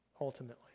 ultimately